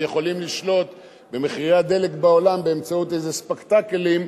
יכולים לשלוט במחירי הדלק בעולם באמצעות איזה ספקטקלים,